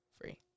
free